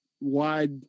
wide